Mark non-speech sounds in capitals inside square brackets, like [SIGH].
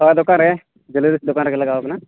ᱦᱚᱸ ᱫᱚᱠᱟᱱ ᱨᱮ [UNINTELLIGIBLE] ᱫᱚᱠᱟᱱ ᱨᱮᱜᱮ ᱞᱟᱜᱟᱣ ᱟᱠᱟᱱᱟ